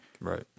Right